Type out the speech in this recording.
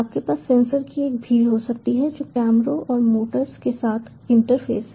आपके पास सेंसर की एक भीड़ हो सकती है जो कैमरों और मोटर्स के साथ इंटरफेस है